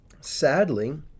sadly